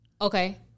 Okay